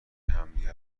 همدیگه